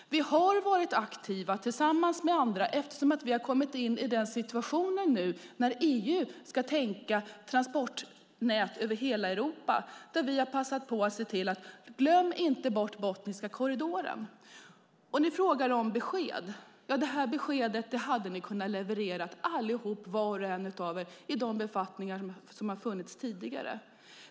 Vi har varit aktiva tillsammans med andra eftersom vi nu har kommit i den situationen att EU ska tänka transportnät över hela Europa, och där har vi passat på att se till: Glöm inte bort Botniska korridoren! Ni frågar om besked. Ja, detta besked hade ni alla, var och en av er, kunnat leverera i tidigare befattningar.